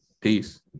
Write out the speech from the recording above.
peace